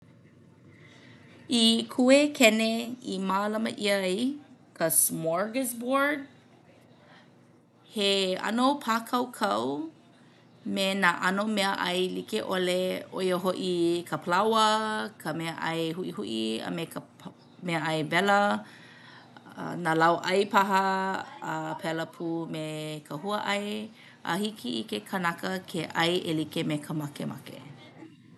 I Kuekene i mālama ʻia ai ka Smorgasbord. He ʻano pākaukau me nā ʻano meaʻai like ʻole ʻo ia hoʻi ka palaoa, ka meaʻai huʻihuʻi a me ka meaʻai wela, nā lauʻai paha a pēlā pū me ka huaʻai a hiki i ke kanaka ke ʻai e like me ka makemake.